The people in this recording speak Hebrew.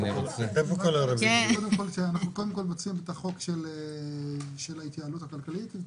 קודם כל מתחילים עם חוק ההתייעלות הכלכלית.